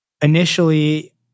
initially